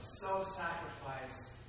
self-sacrifice